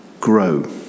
grow